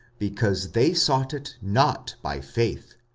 because they sought it not by faith,